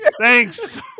Thanks